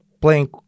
playing